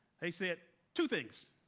they said two things,